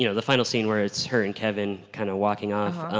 you know the final scene where it's her and kevin kind of walking off.